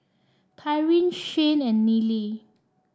Tyrin Shane and Neely